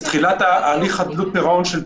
בתחילת ההליך חדלות פירעון של תאגיד,